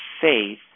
faith